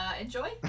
enjoy